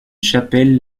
chapelle